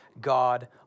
God